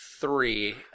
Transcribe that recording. three